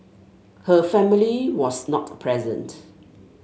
her family was not present